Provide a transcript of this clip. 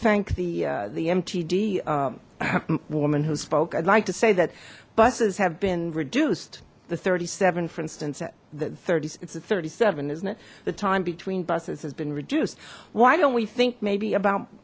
thank the the mtd woman who spoke i'd like to say that buses have been reduced the thirty seven for instance at the thirty six thirty seven isn't it the time between buses has been reduced why don't we think maybe about